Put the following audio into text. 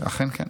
אכן כן.